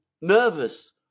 nervous